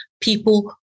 people